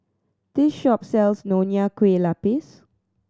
this shop sells Nonya Kueh Lapis